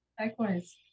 Likewise